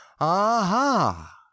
aha